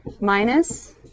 minus